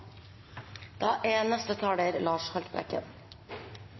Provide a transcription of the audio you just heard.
Da har representanten Lars Haltbrekken